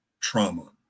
trauma